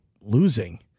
losing